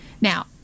now